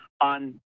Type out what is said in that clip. on